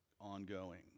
ongoing